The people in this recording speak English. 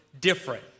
different